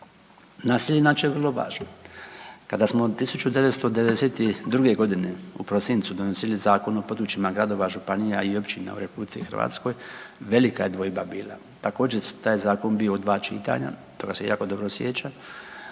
Naselje je inače vrlo važno. Kada smo 1992.g. u prosincu donosili Zakon o područjima gradova, županija i općina u RH velika je dvojba bila. Također je taj zakon bio u dva čitanja, toga se jako dobro sjećam.